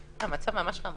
המצב ממש חמור.